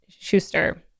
Schuster